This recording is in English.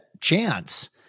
chance